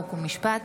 חוק ומשפט.